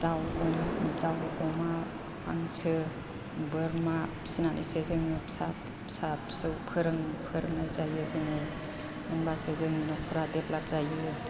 दाउ अमा हांसो बोरमा फिसिनानैसो जोङो फिसा फिसौ फोरोंनाय जायो जोङो होनबासो जोंनि न'खरा देभलप जायो